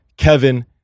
Kevin